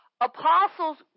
Apostles